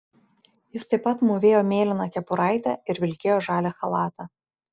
jis taip pat mūvėjo mėlyną kepuraitę ir vilkėjo žalią chalatą